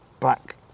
back